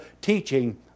teaching